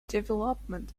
development